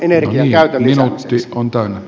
arvoisa puhemies